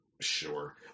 Sure